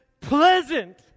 pleasant